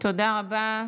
תודה רבה,